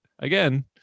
Again